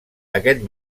aquest